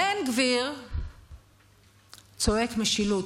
בן גביר צועק "משילות"